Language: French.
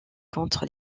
contre